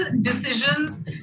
decisions